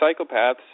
psychopaths